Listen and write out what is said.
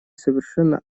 совершенно